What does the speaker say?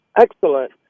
Excellent